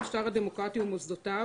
הדמוקרטי ומוסדותיו,